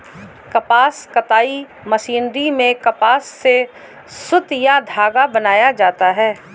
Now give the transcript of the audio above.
कपास कताई मशीनरी में कपास से सुत या धागा बनाया जाता है